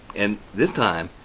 and this time,